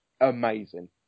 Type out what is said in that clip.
amazing